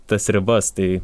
tas ribas tai